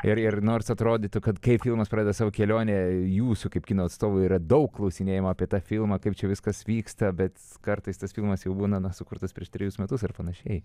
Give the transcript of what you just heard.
ir ir nors atrodytų kad kai filmas pradeda savo kelionę jūsų kaip kino atstovų yra daug klausinėjama apie tą filmą kaip čia viskas vyksta bet kartais tas filmas jau būna na sukurtas prieš trejus metus ar panašiai